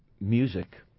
music